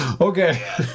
Okay